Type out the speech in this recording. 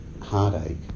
heartache